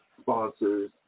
sponsors